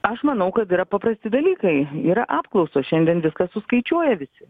aš manau kad yra paprasti dalykai yra apklausos šiandien viską suskaičiuoja visi